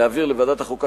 להעביר לוועדת החוקה,